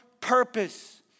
purpose